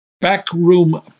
backroom